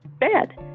bad